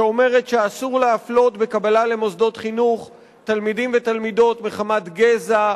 שאומרת שאסור להפלות בקבלה למוסדות חינוך תלמידים ותלמידות מחמת גזע,